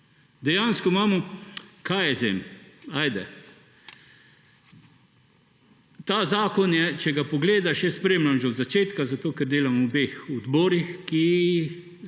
Dejansko imamo, kaj jaz vem … Ajde … Ta zakon je, če ga pogledaš – jaz spremljam že od začetka, zato ker delam v obeh odborih, ki